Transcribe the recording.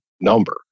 number